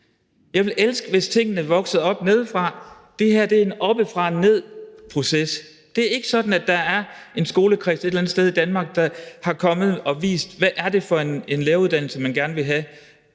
Jeg ville elske det, hvis tingene voksede op nedefra. Det her er en oppefra og ned-proces. Det er ikke sådan, at der er en skolekreds et eller andet sted i Danmark, der er kommet og har vist, hvad det er for en læreruddannelse, man gerne vil have